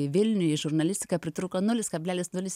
vilniuj į žurnalistiką pritrūko nulis kablelis nulis